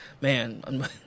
man